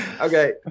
Okay